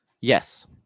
Yes